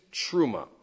truma